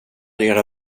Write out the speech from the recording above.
era